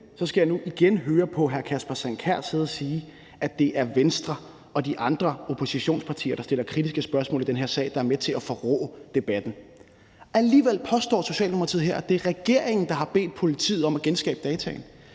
skal jeg nu igen høre hr. Kasper Sand Kjær sidde og sige, at det er Venstre og de andre oppositionspartier, der stiller kritiske spørgsmål i den her sag, der er med til at forrå debatten. Og alligevel påstår Socialdemokratiet her, at det er regeringen, der har bedt politiet om at genskabe dataene.